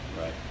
Right